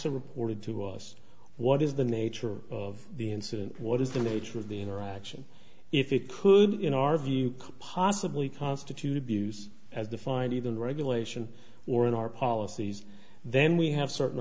are reported to us what is the nature of the incident what is the nature of the interaction if it could in our view possibly constitute abuse as defined even regulation or in our policies then we have certain